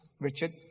Richard